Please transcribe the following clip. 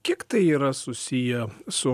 kiek tai yra susiję su